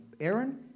Aaron